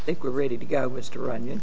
i think we're ready to go to runyon